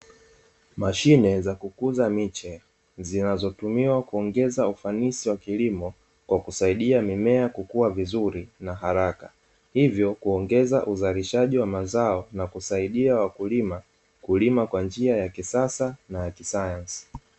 Mashine za kukuza miche zinazotumiwa kuongeza ufanisi wa kilimo kwa kusaidia mimea kukua vizuri na haraka, hivyo kuongeza uzalishaji wa mazao na kusaidia wakulima, kulima kwa njia ya kisasa na kisayansi.